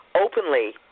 openly